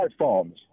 smartphones